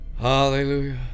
hallelujah